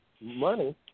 money